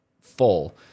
full